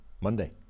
Monday